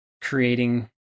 creating